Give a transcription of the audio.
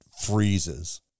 freezes